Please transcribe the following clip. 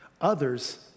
others